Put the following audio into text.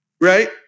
right